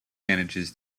manages